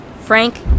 Frank